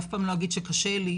אף פעם לא אגיד שקשה לי.